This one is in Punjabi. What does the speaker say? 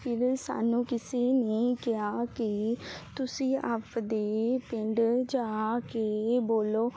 ਇੱਧਰ ਸਾਨੂੰ ਕਿਸੀ ਨੇ ਕਿਹਾ ਕਿ ਤੁਸੀਂ ਆਪਣੇ ਪਿੰਡ ਜਾ ਕੇ ਬੋਲੋ